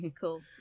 Cool